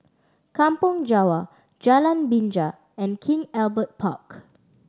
Kampong Java Jalan Binja and King Albert Park